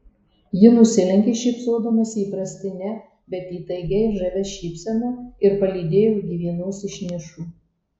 ji nusilenkė šypsodamasi įprastine bet įtaigiai žavia šypsena ir palydėjo iki vienos iš nišų